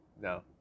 no